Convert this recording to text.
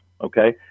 okay